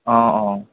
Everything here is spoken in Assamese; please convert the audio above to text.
অ অ